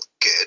good